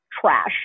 trash